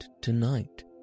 tonight